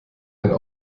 einen